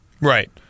right